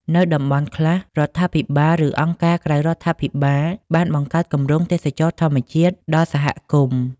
នៅតំបន់ខ្លះ រដ្ឋាភិបាល ឬអង្គការក្រៅរដ្ឋាភិបាលបានបង្កើតគម្រោងទេសចរណ៍ធម្មជាតិដល់សហគមន៍។